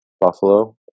Buffalo